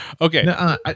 Okay